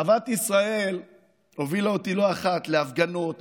אהבת ישראל הובילה אותי לא אחת להפגנות,